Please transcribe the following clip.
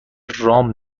رام